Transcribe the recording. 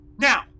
now